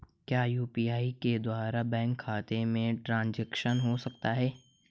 क्या यू.पी.आई के द्वारा बैंक खाते में ट्रैन्ज़ैक्शन हो सकता है?